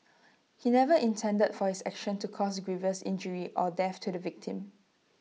he never intended for his action to cause grievous injury or death to the victim